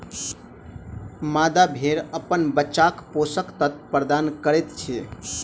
मादा भेड़ अपन बच्चाक पोषक तत्व प्रदान करैत अछि